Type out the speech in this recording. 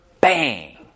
Bang